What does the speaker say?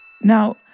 now